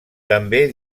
també